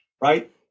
right